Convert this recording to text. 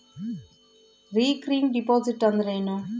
Recurring deposit ಅಂದರೇನು?